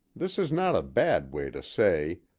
this is not a bad way to say,